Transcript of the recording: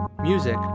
Music